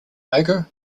ogre